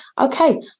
Okay